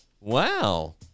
wow